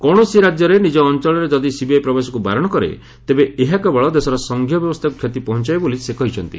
କୌଣସି ରାଜ୍ୟରେ ନିଜ ଅଞ୍ଚଳରେ ଯଦି ସିବିଆଇ ପ୍ରବେଶକୁ ବାରଣ କରେ ତେବେ ଏହା କେବଳ ଦେଶର ସଂଘୀୟ ବ୍ୟବସ୍ଥାକୁ କ୍ଷତି ପହଞ୍ଚାଇବ ବୋଲି ସେ କହିଚ୍ଚନ୍ତି